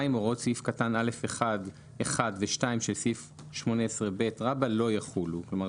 (2)הוראות סעיף קטן (א1)(1) ו-(2) של סעיף 18ב לא יחולו." כלומר,